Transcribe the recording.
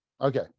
Okay